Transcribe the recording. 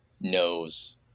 knows